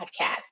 podcast